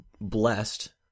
blessed